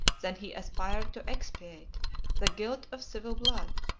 than he aspired to expiate the guilt of civil blood,